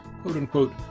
quote-unquote